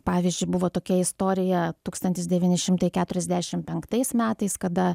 pavyzdžiui buvo tokia istorija tūkstantis devyni šimtai keturiasdešimt penktais metais kada